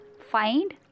find